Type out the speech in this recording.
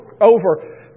over